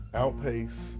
outpace